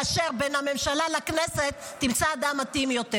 לתפקיד של המקשר בין הממשלה לכנסת תמצא אדם מתאים יותר.